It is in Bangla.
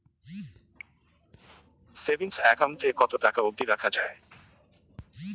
সেভিংস একাউন্ট এ কতো টাকা অব্দি রাখা যায়?